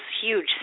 huge